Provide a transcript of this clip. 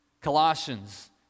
Colossians